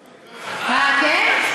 אה, כן?